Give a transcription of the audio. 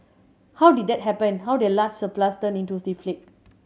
how did that happen how did a large surplus turn into deficit